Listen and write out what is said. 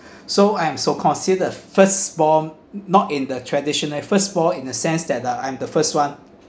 so I am so consider firstborn not in the traditional firstborn in the sense that uh I'm the first one